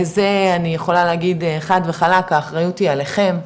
זה אני יכולה להגיד חד וחלק האחריות היא עליכם,